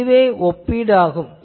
இதுவே ஒப்பீடு ஆகும்